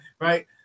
Right